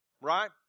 Right